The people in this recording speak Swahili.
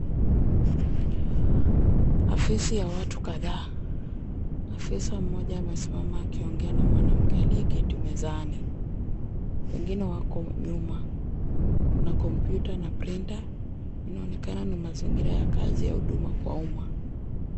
Afisi ya watu kadhaa. Afisa mmoja amesimama akiongea na mwanamke aliyeketi mezani. Wengine wako nyuma. Kuna kompyuta na printer inaonekana ni mazingira ya kazi ya huduma kwa umma.